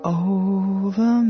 over